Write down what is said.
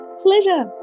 Pleasure